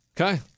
Okay